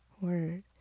Word